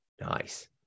Nice